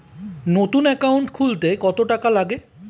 নতুন একাউন্ট খুলতে কত টাকা লাগে?